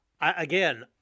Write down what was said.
Again